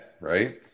right